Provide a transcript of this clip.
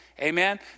Amen